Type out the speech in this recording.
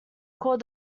called